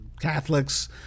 Catholics